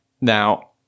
Now